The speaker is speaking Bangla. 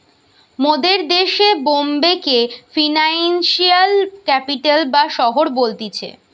মোদের দেশে বোম্বে কে ফিনান্সিয়াল ক্যাপিটাল বা শহর বলতিছে